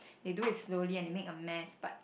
they do it slowly and they make a mess but